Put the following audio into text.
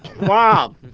Wow